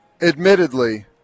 admittedly